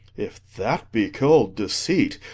if that be call'd deceit,